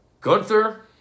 Gunther